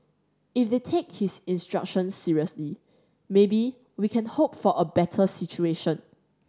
if they take his instructions seriously maybe we can hope for a better situation